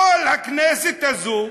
כל הכנסת הזאת,